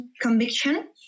conviction